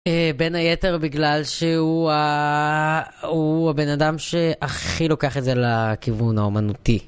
בין היתר בגלל שהוא הבן אדם שהכי לוקח את זה לכיוון האומנותי.